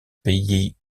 pays